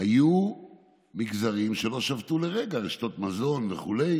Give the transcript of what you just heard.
היו מגזרים שלא שבתו לרגע, רשתות מזון וכו'